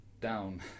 down